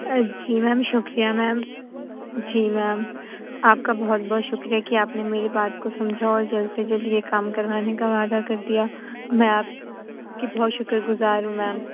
آ جی میم شُکریہ میم جی میم آپ کا بہت بہت شُکریہ کہ آپ نے میری بات کو سمجھا اور جلد سے جلد یہ کام کروانے کا وعدہ کر دیا میں آپ کی بہت شُکر گزار ہوں میم